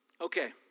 Okay